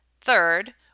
Third